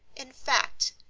in fact,